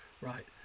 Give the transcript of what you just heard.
right